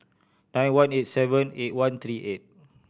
nine one eight seven eight one three eight